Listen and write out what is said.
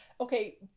Okay